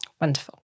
Wonderful